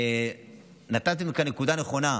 נתתם כאן נקודה נכונה.